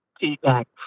feedback